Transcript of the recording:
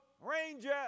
Ranger